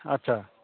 ଆଚ୍ଛା